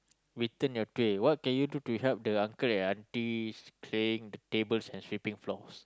return your tray what can you do to help the uncle and aunties clearing the tables and sweeping floors